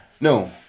No